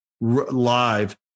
live